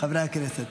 חברי הכנסת.